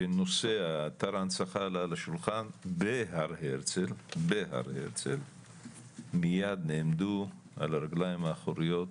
שנושא אתר ההנצחה עלה על השולחן בהר הרצל מיד נעמדו על הרגליים האחוריות